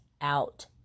out